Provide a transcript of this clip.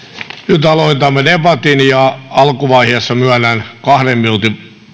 nyt aloitamme debatin alkuvaiheessa myönnän kahden minuutin